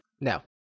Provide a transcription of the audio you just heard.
No